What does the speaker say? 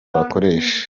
bakoresha